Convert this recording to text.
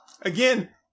Again